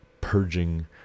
purging